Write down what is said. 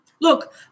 Look